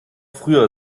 früher